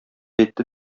әйтте